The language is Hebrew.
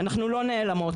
אנחנו לא נעלמות,